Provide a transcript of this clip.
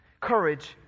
courage